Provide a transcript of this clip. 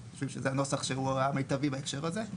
חושבים שזה הנוסח שהוא המיטבי בהקשר הזה.